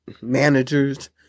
managers